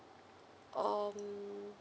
um